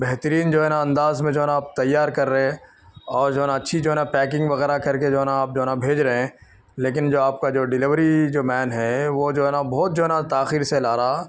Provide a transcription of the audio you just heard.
بہترین جو ہے نا انداز میں جو ہے نا آپ تیار کر رہے اور جو ہے نا اچھی جو ہے نا پیکنگ وغیرہ کر کے جو ہے نا آپ جو ہے نا بھیج رہے ہیں لیکن جو آپ کا جو ڈلیوری جو مین ہے وہ جو ہے نا بہت جو ہے نا تاخیر سے لا رہا